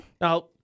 Now